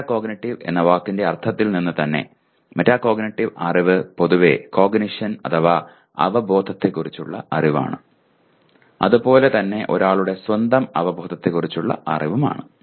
meta cognitive എന്ന വാക്കിന്റെ അർത്ഥത്തിൽ നിന്ന് തന്നെ മെറ്റാകോഗ്നിറ്റീവ് അറിവ് പൊതുവെ കോഗ്നിഷൻ അഥവാ അവബോധത്തെക്കുറിച്ചുള്ള അറിവാണ് അതുപോലെ തന്നെ ഒരാളുടെ സ്വന്തം അവബോധത്തെക്കുറിച്ചുള്ള അറിവുമാണ്